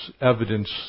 evidence